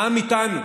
העם איתנו.